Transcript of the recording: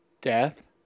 Death